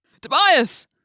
Tobias